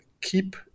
keep